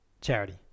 Charity